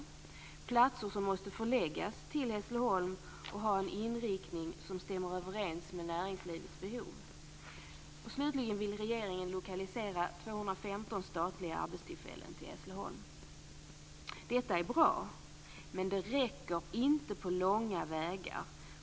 Det är platser som måste förläggas till Hässleholm och ha en inriktning som stämmer överens med näringslivets behov. Slutligen vill regeringen lokalisera 215 statliga arbetstillfällen till Hässleholm. Detta är bra. Men det räcker inte på långa vägar.